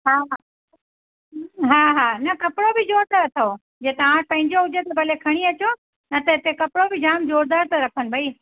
हा हा हा न कपिड़ो बि पियो त अथव जे तव्हां पंहिंजो हुजे त भले खणी अचो न त इते कपिड़ो बि इते जाम ज़ोरदार था रखनि भाई